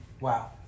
wow